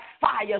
fire